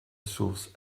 source